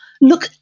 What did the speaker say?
look